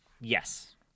yes